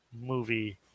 movie